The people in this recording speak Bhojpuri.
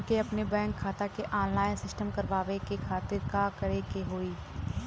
हमके अपने बैंक खाता के ऑनलाइन सिस्टम करवावे के खातिर का करे के होई?